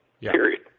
Period